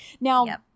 Now